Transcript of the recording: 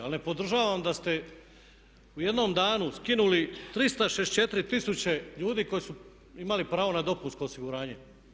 Ali ne podržavam da ste u jednom danu skinuli 364 tisuće ljudi koji su imali pravo na dopunsko osiguranje.